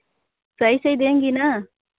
सही सही देंगी ना